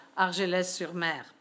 Argelès-sur-Mer